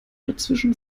dazwischen